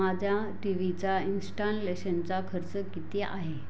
माझ्या टी व्हीचा इन्स्टानलेशनचा खर्च किती आहे